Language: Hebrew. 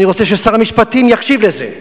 ואני רוצה ששר המשפטים יקשיב לזה,